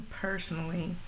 personally